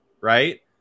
right